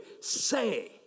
say